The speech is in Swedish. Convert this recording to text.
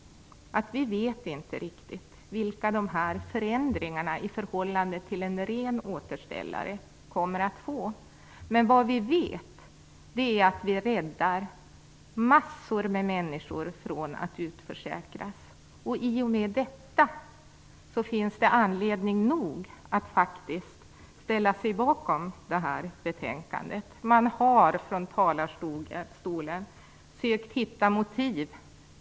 Vi vet inte riktigt vilka förändringar det kommer att bli i förhållande till en ren återställare. Men vi vet att många människor räddas från att utförsäkras. I och med detta finns det anledning nog att faktiskt ställa sig bakom betänkandet. Talare har i talarstolen sökt hitta motiv.